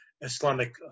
Islamic